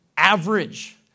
average